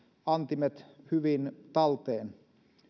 antimet hyvin talteen